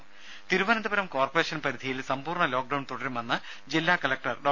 രുദ തിരുവനന്തപുരം കോർപ്പറേഷൻ പരിധിയിൽ സമ്പൂർണ ലോക്ക്ഡൌൺ തുടരുമെന്ന് ജില്ലാ കലക്ടർ ഡോ